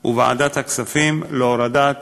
וועדת הכספים להורדת